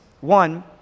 One